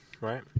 right